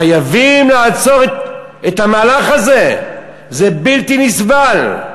חייבים לעצור את המהלך הזה, זה בלתי נסבל.